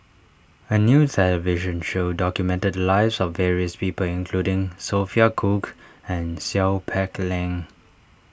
a new television show documented lives of various people including Sophia Cooke and Seow Peck Leng